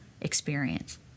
experience